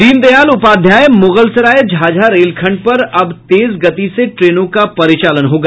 दीनदयाल उपाध्याय मुलगसराय झाझा रेलखंड पर अब तेज गति से ट्रेनों का परिचालन होगा